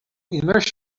immerse